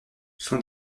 son